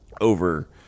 over